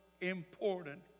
important